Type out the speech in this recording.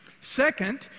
Second